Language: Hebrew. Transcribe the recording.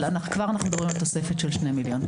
אבל כבר אנחנו מדברים על תוספת של 2 מיליון.